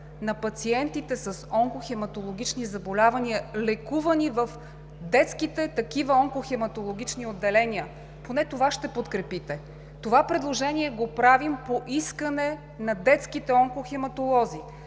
на пациентите с онкохематологични заболявания, лекувани в детските такива онкохематологични отделения. Поне това ще подкрепите. Това предложение го правим по искане на детските онкохематолози,